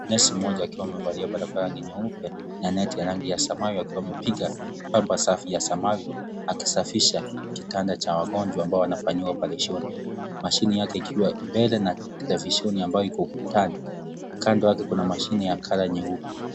Nesi mmoja akiwa amevalia barakoa nyeupe na neti ya samawati akisafisha kitanda cha wagonjwa wanaofanyiwa operesheni mashine yake ikiwa mbele na televisheni ukutani kando yake kuna mashine ya rangi nyeupe.